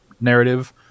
narrative